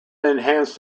enhanced